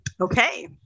Okay